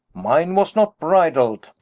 mine was not bridled